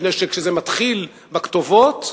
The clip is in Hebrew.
כי כשזה מתחיל בכתובות,